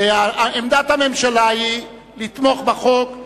עמדת הממשלה היא לתמוך בחוק.